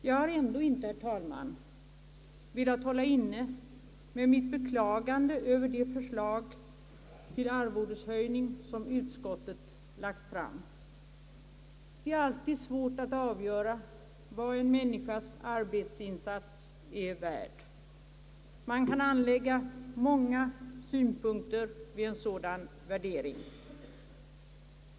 Jag har ändå inte, herr talman, velat hålla inne med mitt beklagande över det förslag till arvodeshöjning som utskottet lagt fram, Det är alltid svårt att avgöra vad en människas arbetsinsats är värd. Man kan anlägga många synpunkter på en sådan värdering.